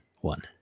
one